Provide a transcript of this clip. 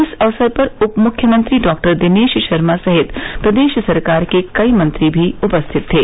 इस अवसर पर उप मुख्यमंत्री डॉक्टर दिनेश शर्मा समेत प्रदेश सरकार के कई मंत्री भी उपस्थित थे